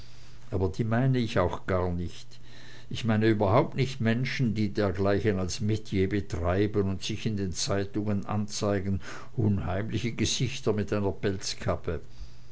aber die meine ich auch gar nicht ich meine überhaupt nicht menschen die dergleichen als metier betreiben und sich in den zeitungen anzeigen unheimliche gesichter mit einer pelzkappe